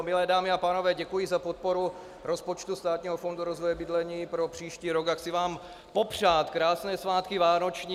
Milé dámy a pánové, děkuji za podporu rozpočtu Státního fondu rozvoje bydlení pro příští rok a chci vám popřát krásné svátky vánoční.